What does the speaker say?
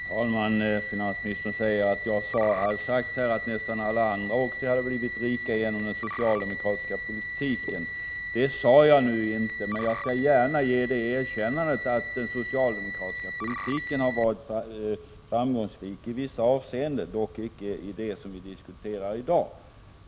Herr talman! Finansministern hävdar att jag har sagt att nästan alla andra också hade blivit rika genom den socialdemokratiska politiken. Det sade jag nu inte, men jag kan gärna ge det erkännandet att den socialdemokratiska politiken har varit framgångsrik i vissa avseenden — dock inte beträffande det som vi diskuterar i dag.